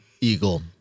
eagle